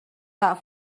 but